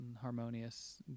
harmonious